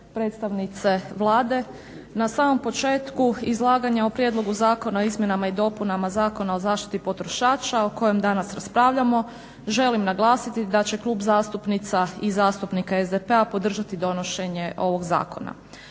predstavnice Vlade. Na samom početku izlaganja o prijedlogu Zakona o izmjenama i dopunama Zakona o zaštiti potrošača o kojem danas raspravljamo želim naglasiti da će Klub zastupnica i zastupnika SDP-a podržati donošenje ovog zakona.